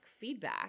feedback